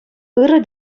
ырӑ